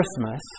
Christmas